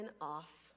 off